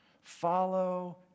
Follow